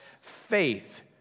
faith